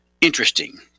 interesting